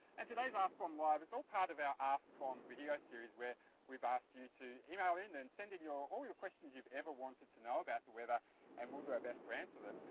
and today's ah askbom live is all part of our askbom video series, where we've asked you to email in and send in your all your questions you've ever wanted to know about the weather and we'll do our best to answer them.